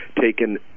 taken